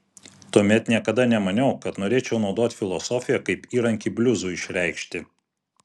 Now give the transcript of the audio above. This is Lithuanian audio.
tuomet niekada nemaniau kad norėčiau naudoti filosofiją kaip įrankį bliuzui išreikšti